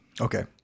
Okay